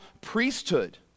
priesthood